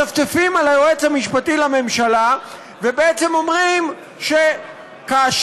מצפצפים על היועץ המשפטי לממשלה ובעצם אומרים שכאשר